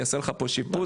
אני אעשה לך פה שיפוץ,